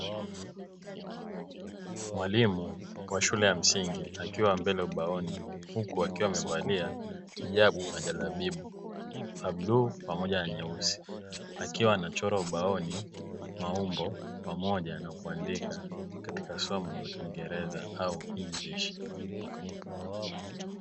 Mwalimu wa shule ya msingi akiwa mbele ubaoni, huku akiwa wamevalia hijabu na jalabibu ya bluu pamoja na nyeusi, akiwa anachora ubaoni maumbo pamoja na kuandika katika somo la kiingereza au inglishi.